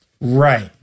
Right